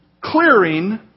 clearing